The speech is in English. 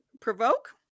Provoke